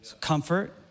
Comfort